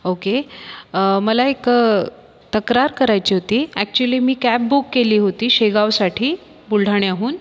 okay मला एक तक्रार करायची होती ॲक्चुअली मी कॅब बुक केली होती शेगावसाठी बुलढाण्याहून